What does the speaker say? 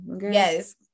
Yes